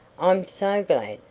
i'm so glad!